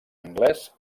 anglès